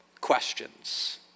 questions